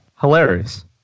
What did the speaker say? Hilarious